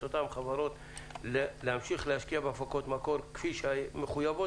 אותן חברות להמשיך להשקיע בהפקות מקור כפי שמחויבות